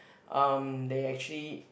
um they actually